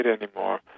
anymore